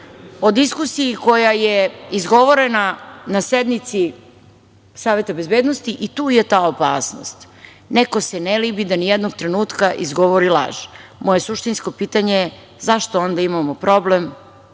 o diskusiji koja je izgovorena na sednici Saveta bezbednosti i tu je ta opasnost. Neko se ne libi da ni jednog trenutka izgovori laž. Moje suštinsko pitanje – zašto onda imamo problem